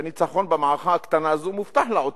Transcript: שהניצחון במערכה הקטנה הזאת מובטח לעותרים.